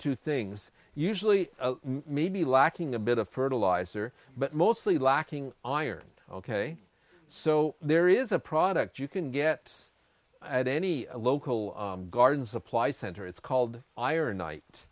two things usually may be lacking a bit of fertilizer but mostly lacking iron ok so there is a product you can get at any local garden supply center it's called iron knight